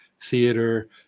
theater